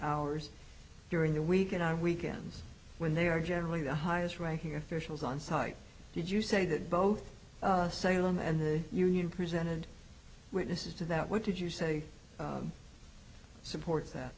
hours during the week that i weekends when they are generally the highest ranking officials on site did you say that both salem and the union presented witnesses to that what did you say supports that